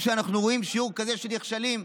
כשאנחנו רואים שיעור כזה של נכשלים".